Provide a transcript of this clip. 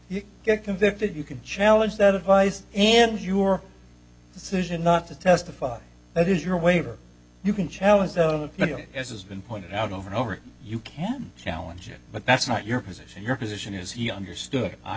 you get convicted you can challenge that advice and your decision not to testify that is your waiver you can challenge as has been pointed out over and over you can challenge it but that's not your position your position is he understood i